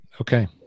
Okay